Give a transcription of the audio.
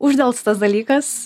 uždelstas dalykas